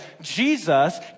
Jesus